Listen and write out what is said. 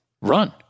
run